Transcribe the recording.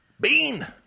Bean